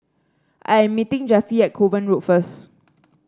I'm meeting Jeffie at Kovan Road first